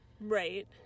Right